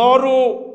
ନଅରୁ